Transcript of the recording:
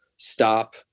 stop